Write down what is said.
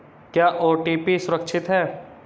क्या ओ.टी.पी सुरक्षित है?